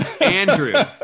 Andrew